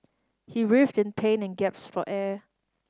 he writhed in pain and gaps for air